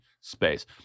space